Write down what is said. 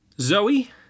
Zoe